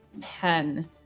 pen